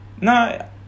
no